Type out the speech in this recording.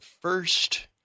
first